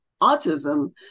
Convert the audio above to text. autism